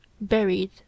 buried